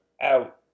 out